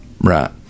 right